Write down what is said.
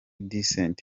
decent